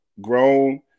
grown